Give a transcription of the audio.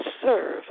serve